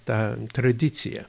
tą tradiciją